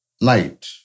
night